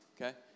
okay